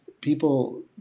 people